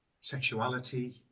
sexuality